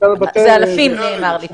יש